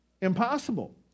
Impossible